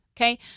Okay